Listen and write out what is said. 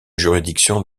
juridiction